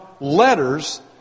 letters